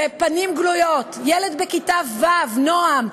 בפנים גלויות, ילד בכיתה ו', נועם,